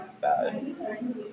bad